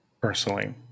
personally